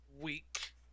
week